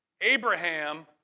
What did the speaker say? Abraham